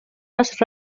les